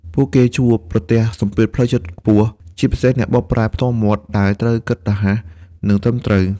ពួកគេជួបប្រទះសម្ពាធផ្លូវចិត្តខ្ពស់ ជាពិសេសអ្នកបកប្រែផ្ទាល់មាត់ ដែលត្រូវគិតរហ័ស និងត្រឹមត្រូវ។